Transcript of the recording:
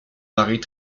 varient